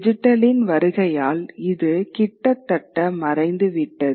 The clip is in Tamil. டிஜிட்டலின் வருகையால் இது கிட்டத்தட்ட மறைந்துவிட்டது